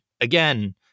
again